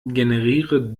generiere